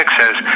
says